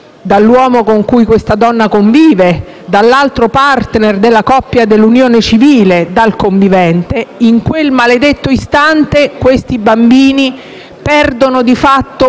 dall'uomo con cui questa donna conviveva, dall'altro *partner* della coppia dell'unione civile, dal convivente, questi bambini perdono di fatto